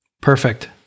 Perfect